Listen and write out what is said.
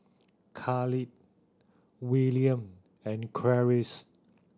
Khalil Willam and Clarice